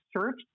search